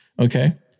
Okay